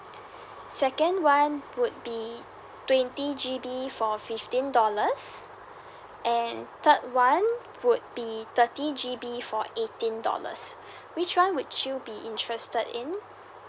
second one would be twenty G_B for fifteen dollars and third one would be thirty G_B for eighteen dollars which one would you be interested in